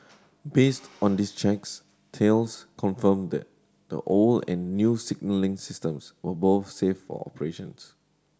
based on these checks Thales confirmed that the old and new signalling systems were both safe for operations